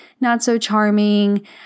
not-so-charming